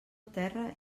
terra